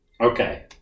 Okay